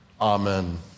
Amen